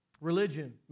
Religion